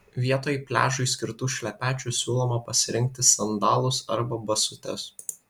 vietoj pliažui skirtų šlepečių siūloma pasirinkti sandalus arba basutes